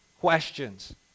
questions